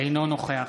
אינו נוכח